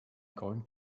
going